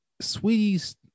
Sweetie's